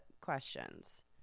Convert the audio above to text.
questions